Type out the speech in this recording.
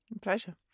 Pleasure